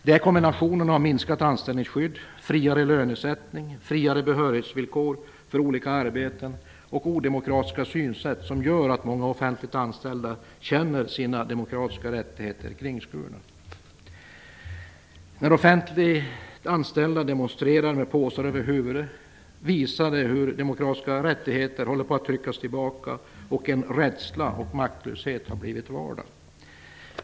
Det är kombinationen av minskat anställningsskydd, friare lönesättning, friare behörighetsvillkor för olika arbeten och odemokratiska synsätt som gör att många offentligt anställda nu känner sina demokratiska rättigheter kringskurna. När offentliganställda demonstrerar med påsar över huvudet visar det hur demokratiska rättigheter håller på att tryckas tillbaka och att rädsla och maktlöshet har blivit vardag.